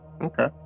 Okay